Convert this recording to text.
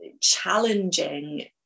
challenging